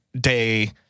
day